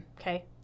Okay